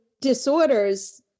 disorders